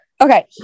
okay